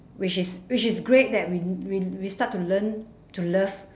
which is which is great that we we we start to learn to love